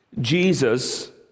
Jesus